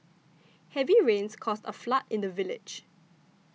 heavy rains caused a flood in the village